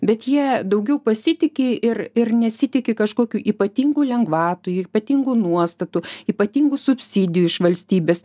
bet jie daugiau pasitiki ir ir nesitiki kažkokių ypatingų lengvatų ypatingų nuostatų ypatingų subsidijų iš valstybės